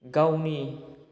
गावनि